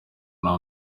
nta